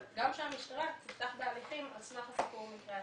אבל גם שהמשטרה תפתח בהליכים ע לסמך סיפור המקרה עצמו,